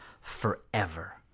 forever